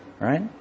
Right